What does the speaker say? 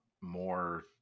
more